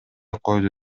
койду